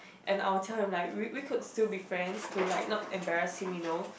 and I will tell him like we we could still be friends to like not embarrass him you know